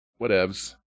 whatevs